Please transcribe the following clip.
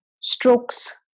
strokes